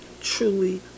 truly